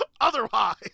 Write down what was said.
Otherwise